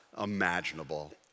imaginable